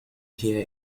hier